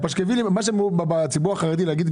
בחברה החרדית,